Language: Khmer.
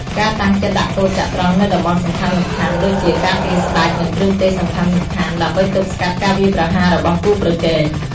ការតាំងចិត្តដាក់កូនចត្រង្គនៅតំបន់សំខាន់ៗ ដូចជាការពារស្ដេច និងគ្រឿងទេសសំខាន់ៗ ដើម្បីទប់ស្កាត់ការវាយប្រហាររបស់គូប្រជែង។